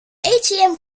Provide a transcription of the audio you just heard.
atm